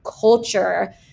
culture